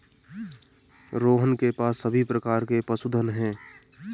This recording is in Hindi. रोहन के पास सभी प्रकार के पशुधन है